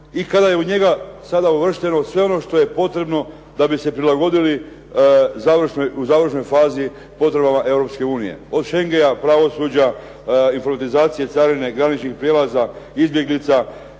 i kada je u njega sada uvršteno sve ono što je potrebno da bi se prilagodili u završnoj fazi potrebama Europske unije, od Šengena, pravosuđa, informatizacije carine, graničnih prijelaza, izbjeglica